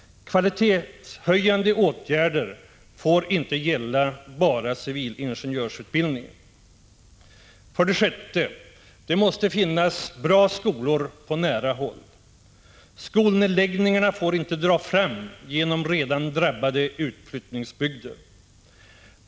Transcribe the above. Kvalitetshöjande åtgärder får inte gälla bara civilingenjörsutbildningen. 6. Det måste finnas bra skolor på nära håll. Skolnedläggningarna får inte dra fram genom redan drabbade utflyttningsbygder.